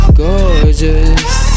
gorgeous